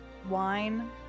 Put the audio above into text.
Wine